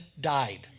died